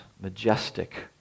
majestic